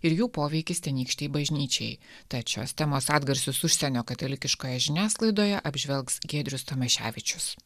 ir jų poveikis tenykštei bažnyčiai tad šios temos atgarsius užsienio katalikiškoje žiniasklaidoje apžvelgs giedrius tomaševičius